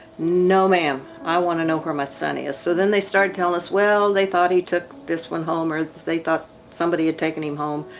no, ma'am, i wanna know where my son is. so then they started telling us, well, they thought he took this one home or they thought somebody had taken him home.